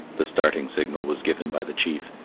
the starting signal was given by the chief,